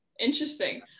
Interesting